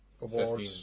awards